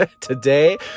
Today